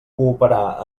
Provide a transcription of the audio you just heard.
cooperar